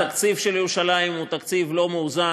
התקציב של ירושלים הוא תקציב לא מאוזן.